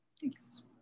Thanks